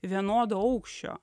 vienodo aukščio